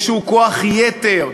איזשהו כוח יתר,